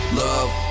love